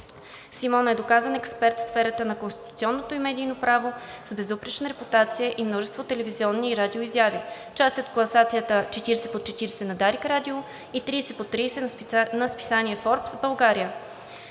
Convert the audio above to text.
Симона е доказан експерт в сферата на конституционното и медийното право с безупречна репутация и множество телевизионни- и радиоизяви. Част е от класацията „40 по 40“ на Дарик радио и „30 по 30“ на списание „Форбс“ – България.